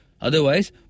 Otherwise